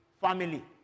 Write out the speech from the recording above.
family